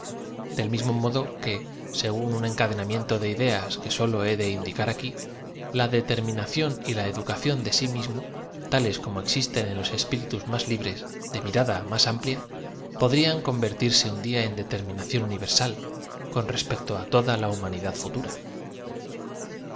del mismo modo que según un enca denamiento de ideas que solo he de iodicar aqui la de terminación y la odacacíón de si mismo tales como existen en los espíritus más libres de mirada máa am plia podrían convertirse un dia en determinación uni versal con respecto á toda la humanidad futura